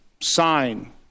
sign